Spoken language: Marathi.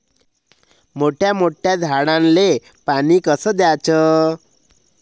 मोठ्या मोठ्या झाडांले पानी कस द्याचं?